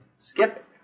skip